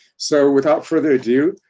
so without further ado,